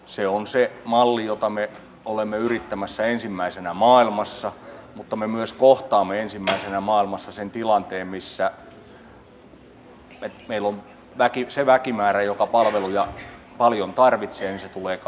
se on se malli jota me olemme yrittämässä ensimmäisenä maailmassa mutta me myös kohtaamme ensimmäisenä maailmassa sen tilanteen missä meillä se väkimäärä joka palveluja paljon tarvitsee tulee kasvamaan